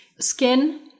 skin